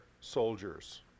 soldiers